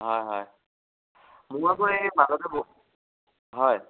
হয় হয় মোৰ আকৌ এই মাজতে বহু হয়